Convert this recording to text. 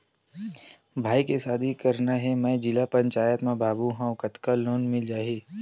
भाई के शादी करना हे मैं जिला पंचायत मा बाबू हाव कतका लोन मिल जाही?